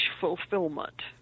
fulfillment